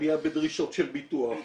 עלייה בדרישות של ביטוח,